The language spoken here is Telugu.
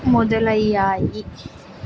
మొదలు అయ్యాయి